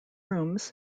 rooms